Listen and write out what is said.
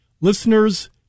Listeners